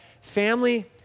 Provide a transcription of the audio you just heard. family